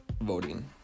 voting